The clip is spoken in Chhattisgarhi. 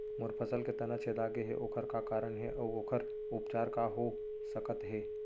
मोर फसल के तना छेदा गेहे ओखर का कारण हे अऊ ओखर उपचार का हो सकत हे?